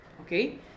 okay